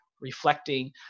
reflecting